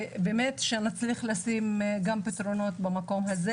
ונצליח לתת פתרונות גם במקום הזה.